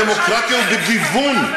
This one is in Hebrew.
הדמוקרטיה היא בגיוון.